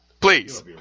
please